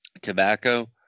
tobacco